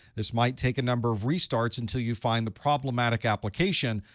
this might take a number of restarts until you find the problematic application.